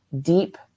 deep